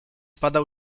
padał